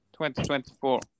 2024